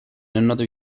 another